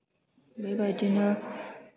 बेबाइदिनो